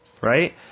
right